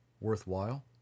worthwhile